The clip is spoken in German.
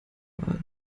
wahl